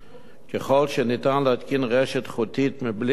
ככל שניתן להתקין רשת חוטית בלי ליצור